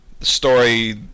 story